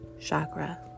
chakra